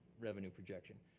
revenue projection.